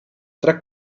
tra